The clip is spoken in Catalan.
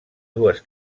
dues